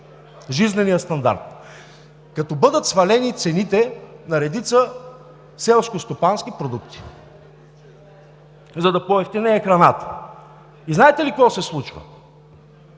жизненият стандарт, като бъдат свалени цените на редица селскостопански продукти, за да поевтинее храната. И знаете ли какво се случва?